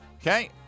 Okay